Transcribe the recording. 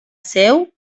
seu